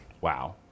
wow